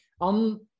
on